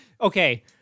Okay